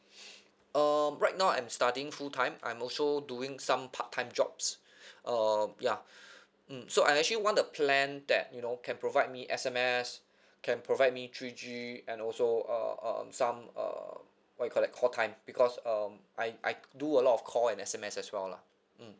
um right now I'm studying full time I'm also doing some part time jobs uh ya mm so I actually want a plan that you know can provide me S_M_S can provide me three G and also uh um some uh what you call that call time because um I I do a lot of call and S_M_S as well lah mm